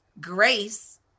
grace